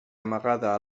amagada